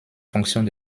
fonctions